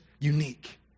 unique